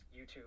YouTube